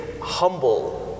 humble